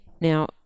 now